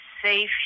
Safe